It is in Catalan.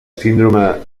síndrome